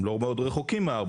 הם לא מאוד רחוקים מההר.